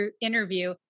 interview